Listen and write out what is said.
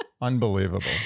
unbelievable